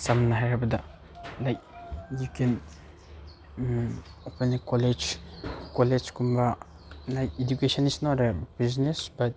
ꯁꯝꯅ ꯍꯥꯏꯔꯕꯗ like you can ꯑꯩꯈꯣꯏꯅ ꯀꯣꯂꯣꯖ ꯀꯣꯂꯦꯖꯀꯨꯝꯕ like education is not a business but